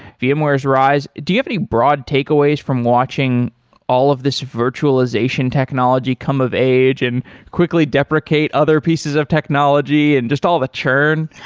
vmware's rise. do you have any broad takeaways from watching all of this virtualization technology come of age and quickly deprecate other pieces of technology in just all of a churn?